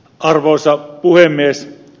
arvoisa puhemies